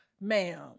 Ma'am